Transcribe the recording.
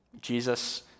Jesus